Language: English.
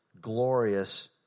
glorious